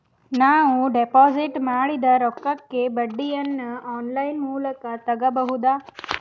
ನಾವು ಡಿಪಾಜಿಟ್ ಮಾಡಿದ ರೊಕ್ಕಕ್ಕೆ ಬಡ್ಡಿಯನ್ನ ಆನ್ ಲೈನ್ ಮೂಲಕ ತಗಬಹುದಾ?